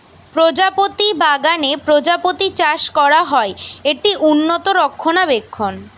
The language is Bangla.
প্রজাপতি বাগানে প্রজাপতি চাষ করা হয়, এটি উন্নত রক্ষণাবেক্ষণ